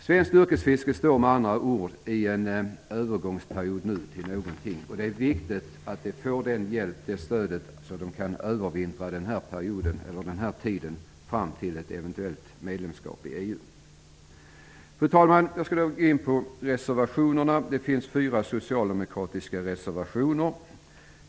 Svenskt yrkesfiske står med andra ord vid en övergång till något nytt. Det är viktigt att det ges hjälp och stöd så att yrkesfisket kan övervintra tiden fram till ett eventuellt medlemskap i EU. Fru talman! Jag skall nu gå in på reservationerna. Det finns fyra socialdemokratiska reservationer.